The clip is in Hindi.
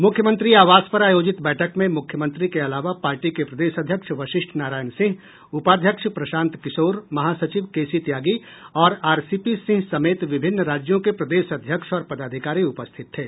मुख्यमंत्री आवास पर आयोजित बैठक में मुख्यमंत्री के अलावा पार्टी के प्रदेश अध्यक्ष वशिष्ठ नारायण सिंह उपाध्यक्ष प्रशांत किशोर महासचिव केसी त्यागी और आरसीपी सिंह समेत विभिन्न राज्यों के प्रदेश अध्यक्ष और पदाधिकारी उपस्थित थे